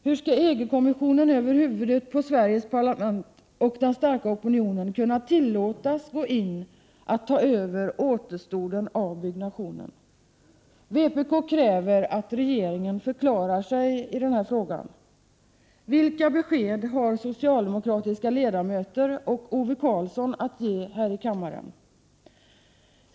Hur kan EG-kommissionen över huvudet på Sveriges parlament och den starka opinionen tillåtas gå in och ta över återstoden av byggnationen? Vpk kräver att regeringen förklarar sig i denna fråga. Vilka besked har socialdemokratiska ledamöter och Ove Karlsson att ge här i kammaren?